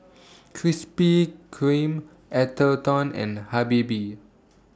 Krispy Kreme Atherton and Habibie